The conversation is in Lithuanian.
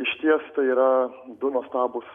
išties tai yra du nuostabūs